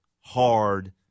hard